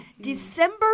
December